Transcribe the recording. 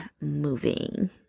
moving